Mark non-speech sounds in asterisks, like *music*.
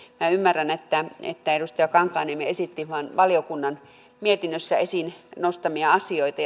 minä ymmärrän että että edustaja kankaanniemi esitti vain valiokunnan mietinnöstä ja sieltä teksteistä esiin nostamiaan asioita *unintelligible*